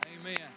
Amen